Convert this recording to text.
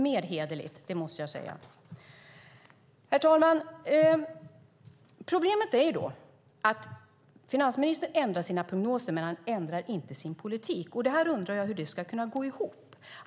Det vore hederligare, måste jag säga. Herr talman! Problemet är att finansministern ändrar sina prognoser, men han ändrar inte sin politik. Jag undrar hur detta ska kunna gå ihop.